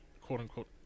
quote-unquote